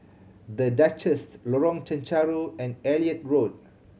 The Duchess Lorong Chencharu and Elliot Road